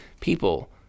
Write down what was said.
people